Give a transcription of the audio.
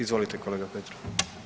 Izvolite kolega Petrov.